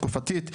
תקופתית,